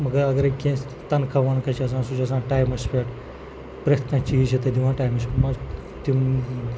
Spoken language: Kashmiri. مگر اَگرَے کینٛہہ اَسہِ تنخواہ ونخواہ چھِ آسان سُہ چھِ آسان ٹایمَس پٮ۪ٹھ پرٮ۪تھ کانٛہہ چیٖز چھِ تَتہِ دِوان ٹایمَس مانٛ ژٕ تِم